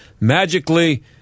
magically